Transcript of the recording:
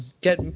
get